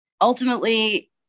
ultimately